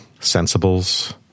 sensibles